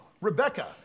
Rebecca